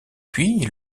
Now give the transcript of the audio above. puis